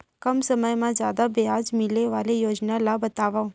कम समय मा जादा ब्याज मिले वाले योजना ला बतावव